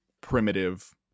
primitive